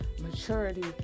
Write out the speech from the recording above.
maturity